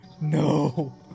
No